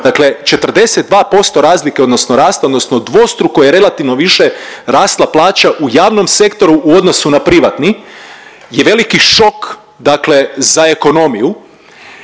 dakle 42% razlike odnosno rast odnosno dvostruko je relativno više rasla plaća u javnom sektoru u odnosu na privatni je veliki šok dakle za ekonomiju.